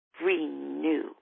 Renew